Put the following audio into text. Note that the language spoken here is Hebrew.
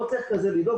לא צריך לדאוג,